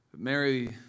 Mary